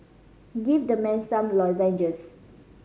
give the man some lozenges